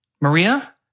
Maria